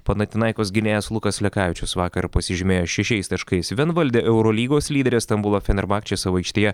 panatinaikos gynėjas lukas lekavičius vakar pasižymėjo šešiais taškais vienvaldė eurolygos lyderė stambulo fenerbahčė savo aikštėje